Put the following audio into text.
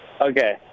Okay